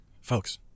Folks